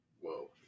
Whoa